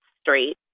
Street